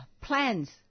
plans